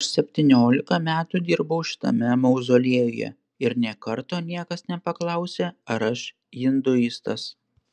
aš septyniolika metų dirbau šitame mauzoliejuje ir nė karto niekas nepaklausė ar aš hinduistas